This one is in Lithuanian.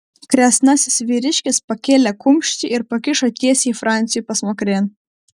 kresnasis vyriškis pakėlė kumštį ir pakišo tiesiai franciui pasmakrėn